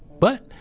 but,